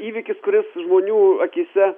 įvykis kuris žmonių akyse